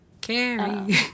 Carrie